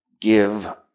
give